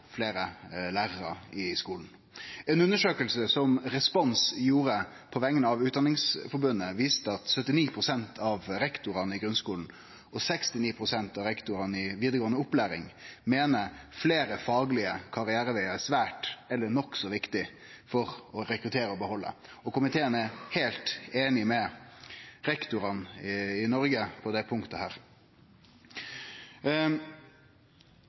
fleire lærarar i skulen. Ei undersøking som Respons gjorde på vegner av Utdanningsforbundet, viste at 79 pst. av rektorane i grunnskulen og 69 pst. av rektorane i vidaregåande opplæring meiner at fleire faglege karrierevegar er svært eller nokså viktig for å rekruttere og behalde. Komiteen er heilt einig med rektorane i Noreg på dette punktet. Læraryrket skal ha høg status, det